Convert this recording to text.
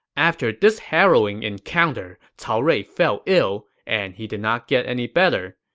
after this harrowing encounter, cao rui fell ill, and he did not get any better.